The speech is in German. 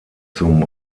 zum